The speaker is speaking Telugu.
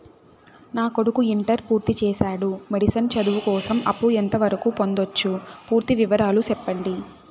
నా కొడుకు ఇంటర్ పూర్తి చేసాడు, మెడిసిన్ చదువు కోసం అప్పు ఎంత వరకు పొందొచ్చు? పూర్తి వివరాలు సెప్పండీ?